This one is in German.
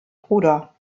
bruder